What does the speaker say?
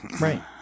Right